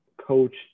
coach